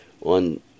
on